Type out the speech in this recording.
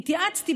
התייעצתי,